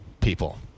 people